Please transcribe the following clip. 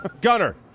Gunner